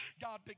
God